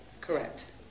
Correct